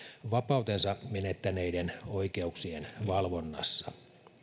vapautensa menettäneiden oikeuksien valvonnassa